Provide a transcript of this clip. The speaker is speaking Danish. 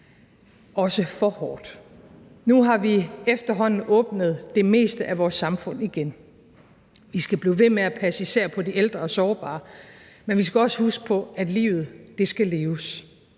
også for hårdt. Nu har vi efterhånden åbnet det meste af vores samfund igen, og vi skal blive ved med at passe på især de ældre og sårbare, men vi skal også huske på, at livet skal leves,